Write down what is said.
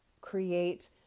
create